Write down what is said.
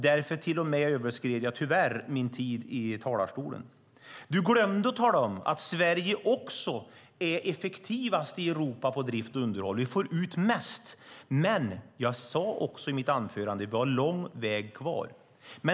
Därför överskred jag tyvärr till och med min tid i talarstolen. Du glömde att tala om att Sverige också är effektivast i Europa på drift och underhåll - vi får ut mest. Men jag sade också i mitt anförande att vi har lång väg kvar.